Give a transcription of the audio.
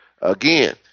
again